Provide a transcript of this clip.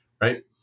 right